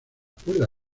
cuerda